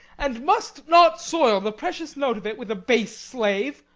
and must not foil the precious note of it with a base slave,